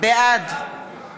בעד